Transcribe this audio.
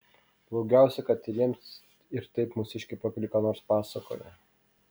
blogiausia kad jiems ir taip mūsiškiai pakeliui ką nors pasakoja